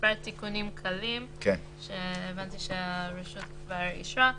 מספר תיקונים קלים שהבנתי שהרשות כבר אישרה.